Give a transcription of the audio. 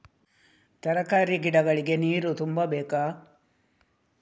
ತರಕಾರಿ ಗಿಡಗಳಿಗೆ ನೀರು ತುಂಬಬೇಕಾ?